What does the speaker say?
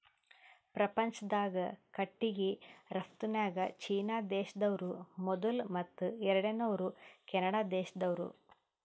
ಪ್ರಪಂಚ್ದಾಗೆ ಕಟ್ಟಿಗಿ ರಫ್ತುನ್ಯಾಗ್ ಚೀನಾ ದೇಶ್ದವ್ರು ಮೊದುಲ್ ಮತ್ತ್ ಎರಡನೇವ್ರು ಕೆನಡಾ ದೇಶ್ದವ್ರು